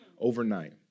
overnight